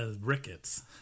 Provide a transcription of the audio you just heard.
rickets